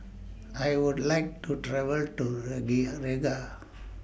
I Would like to travel to Riga